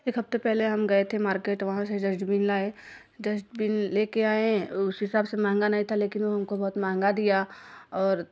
एक हफ़्ते पहले हम गए थे मार्केट वहाँ से जस्तबिन लाए डस्टबिन ले कर आएँ उस हिसाब से महंगा नहीं था लेकिन वह हमको बहुत महंगा दिया और